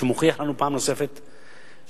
שמוכיח לנו פעם נוספת שהאדם,